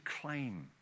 claim